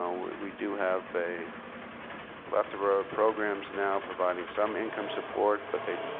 um we do have a plethora of programs now providing some income support, but they